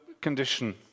condition